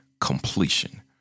completion